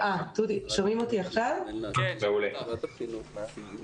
אנחנו נותנים גמישות כמעט מלאה לארגון הלימודים התלת